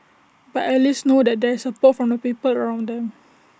but at least know that there is support from the people around them